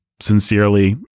sincerely